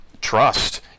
trust